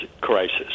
crisis